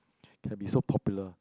can be so popular